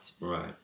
Right